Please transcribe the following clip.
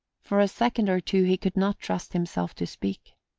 for a second or two he could not trust himself to speak.